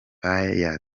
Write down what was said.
kandi